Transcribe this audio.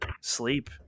sleep